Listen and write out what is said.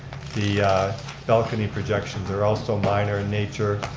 the balcony projections are also minor in nature.